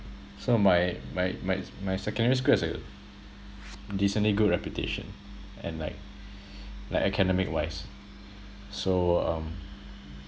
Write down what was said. so my my my my secondary school has a decently good reputation and like like academic wise so um